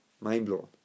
Mind-blowing